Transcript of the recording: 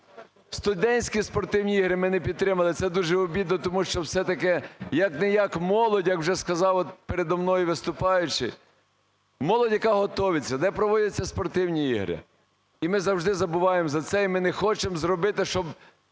студентські спортивні ігри ми не підтримали, це дуже обідно, тому що все-таки як-не-як молодь, як вже сказав переді мною виступаючий, молодь, яка готовиться, де проводяться спортивні ігри, і ми завжди забуваємо за це, і ми не хочемо зробити, щоб